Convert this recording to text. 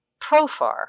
Profar